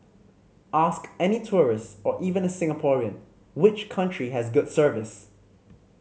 ask any tourist or even a Singaporean which country has good service